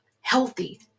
healthy